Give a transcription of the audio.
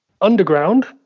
underground